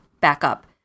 backup